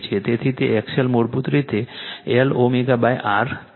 તેથી તે XL મૂળભૂત રીતે LωR છે